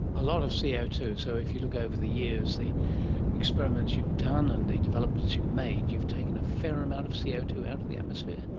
a lot of c o two, so if you look over the years, the experiments you've done and the developments you've made, you've taken a fair amount of c o two out of the atmosphere.